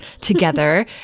together